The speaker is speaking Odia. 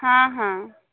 ହଁ ହଁ